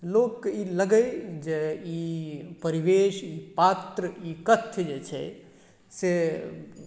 लोककेँ ई लगै जे ई परिवेश ई पात्र ई कथ्य जे छै से